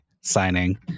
signing